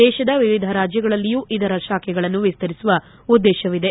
ದೇಶದ ವಿವಿಧ ರಾಜ್ಞಗಳಲ್ಲಿಯೂ ಇದರ ಶಾಖೆಗಳನ್ನು ವಿಸ್ತರಿಸುವ ಉದ್ದೇಶವಿದೆ